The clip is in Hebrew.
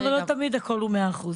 כן אבל לא תמיד הכל הוא 100 אחוז.